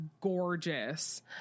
gorgeous